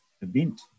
event